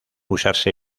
usarse